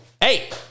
Hey